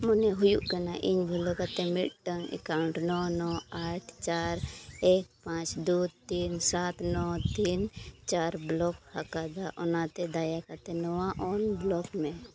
ᱢᱚᱱᱮ ᱦᱩᱭᱩᱜ ᱠᱟᱱᱟ ᱤᱧ ᱵᱷᱟᱜᱮ ᱠᱟᱛᱮᱫ ᱢᱤᱫᱴᱟᱱ ᱮᱠᱟᱣᱩᱱᱴ ᱱᱚ ᱱᱚ ᱟᱴ ᱪᱟᱨ ᱮᱠ ᱯᱟᱸᱪ ᱫᱩ ᱛᱤᱱ ᱥᱟᱛ ᱱᱚᱭ ᱛᱤᱱ ᱪᱟᱨ ᱵᱞᱚᱠ ᱟᱠᱟᱫᱟ ᱚᱱᱟᱛᱮ ᱫᱟᱭᱟ ᱠᱟᱛᱮᱫ ᱱᱚᱣᱟ ᱟᱱᱵᱞᱚᱠ ᱢᱮ